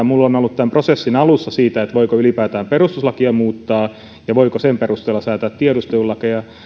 minulla on on ollut tämän prosessin alussa siitä voiko ylipäätään perustuslakia muuttaa ja voiko sen perusteella säätää tiedustelulakeja